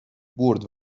برد